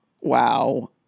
wow